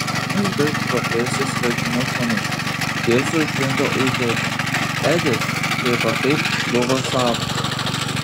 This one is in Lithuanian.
vaikas drovėjosi svetimų žmonių jis užlindo už edžio edis šiaip ar taip buvo savas